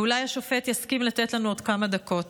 אולי השופט יסכים לתת לנו עוד כמה דקות.